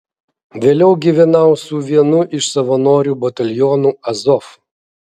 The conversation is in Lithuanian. vėliau gyvenau su vienu iš savanorių batalionų azov